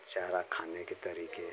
चारा खाने के तरीके